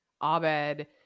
abed